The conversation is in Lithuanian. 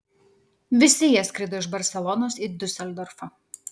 visi jie skrido iš barselonos į diuseldorfą